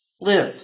live